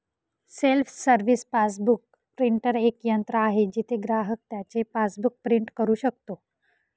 self service passbook printer एक यंत्र आहे जिथे ग्राहक त्याचे पासबुक प्रिंट करू शकतो